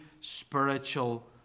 spiritual